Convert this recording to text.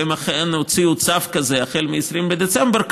והם אכן הוציאו צו כזה, מ-20 בדצמבר.